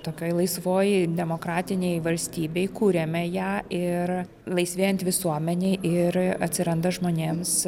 tokioj laisvoj demokratinėj valstybėj kuriame ją ir laisvėjant visuomenei ir atsiranda žmonėms